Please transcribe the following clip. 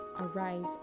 arise